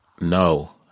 No